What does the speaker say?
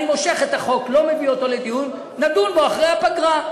אני מושך את החוק ולא מביא אותו לדיון ונדון בו אחרי הפגרה.